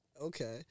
Okay